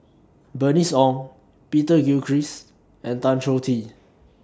Bernice Ong Peter Gilchrist and Tan Choh Tee